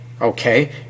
Okay